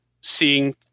seeing